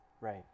Right